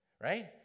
Right